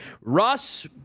Russ